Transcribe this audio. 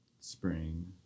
Spring